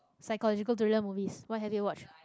psychological thriller movies what have you watched